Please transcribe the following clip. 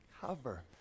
cover